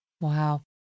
Wow